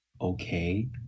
okay